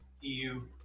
eu